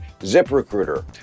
ZipRecruiter